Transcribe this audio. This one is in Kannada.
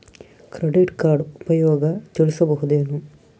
ಕ್ರೆಡಿಟ್ ಕಾರ್ಡ್ ಉಪಯೋಗ ತಿಳಸಬಹುದೇನು?